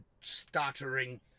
stuttering